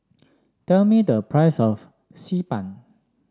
tell me the price of Xi Ban